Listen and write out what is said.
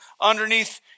underneath